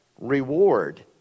reward